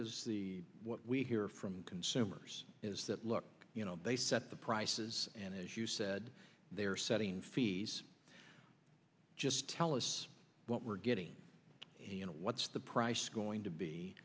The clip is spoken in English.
is what we hear from consumers is that look you know they set the prices and as you said they're setting fees just tell us what we're getting and what's the price going to be